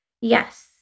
Yes